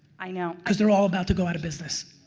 i know. cause they're all about to go out of business.